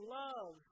love